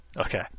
Okay